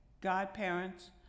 godparents